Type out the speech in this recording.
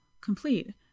complete